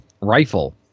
rifle